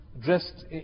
dressed